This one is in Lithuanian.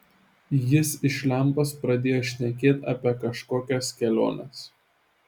jis iš lempos pradėjo šnekėt apie kažkokias keliones